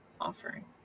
offering